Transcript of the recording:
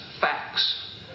facts